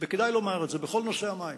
בכל נושא המים